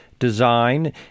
Design